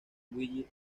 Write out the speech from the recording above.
luigi